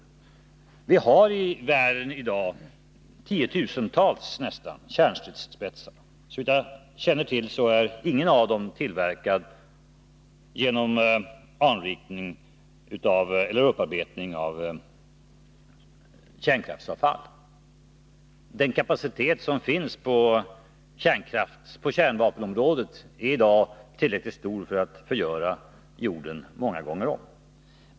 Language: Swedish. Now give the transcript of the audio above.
Vi har i dag i världen tiotusentals kärnstridsspetsar. Såvitt jag vet är ingen av dem tillverkad genom upparbetning av kärnkraftsavfall. Den kapacitet som finns på kärnvapenområdet är i dag tillräckligt stor för att förgöra jorden många gånger om.